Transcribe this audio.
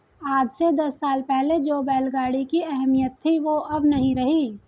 आज से दस साल पहले जो बैल गाड़ी की अहमियत थी वो अब नही रही